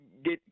get